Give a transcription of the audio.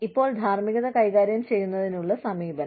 ഇപ്പോൾ ധാർമ്മികത കൈകാര്യം ചെയ്യുന്നതിനുള്ള സമീപനം